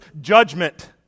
Judgment